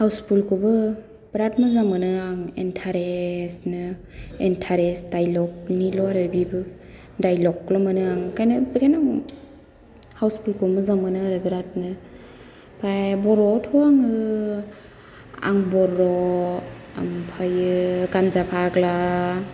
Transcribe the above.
house फुलखौबो बिराथ मोजां मोनो आं इन्टारेसनो इन्टारेस डाइलगनिल' बेबो डाइलगल' मोनो आं ओंखायनो बेखायनो आं हाउस फुलखौ मोजां मोनो आरो बिरादनो ओमफ्राय बर'आवथ' आङो आं बर' ओमफ्रायो गान्जा फाग्ला